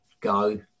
go